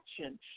action